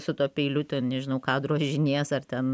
su tuo peiliu ten nežinau ką drožinės ar ten